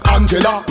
Angela